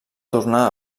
tornar